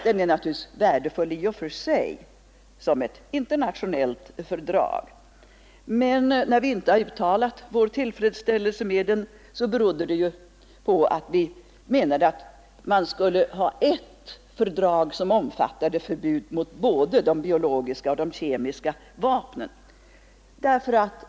Den är naturligtvis värdefull i och för sig som ett internationellt fördrag. Anledningen till att vi inte har uttalat vår tillfredsställelse med den är att vi menat att man skulle ha åstadkommit ett enda fördrag, som omfattade förbud mot både de biologiska och de kemiska vapnen.